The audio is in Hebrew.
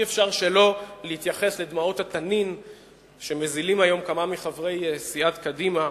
אי-אפשר שלא להתייחס לדמעות התנין שמזילים היום כמה מחברי סיעת קדימה,